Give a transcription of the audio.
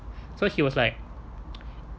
so he was like